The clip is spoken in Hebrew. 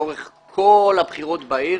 לאורך כל הבחירות בעיר.